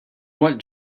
what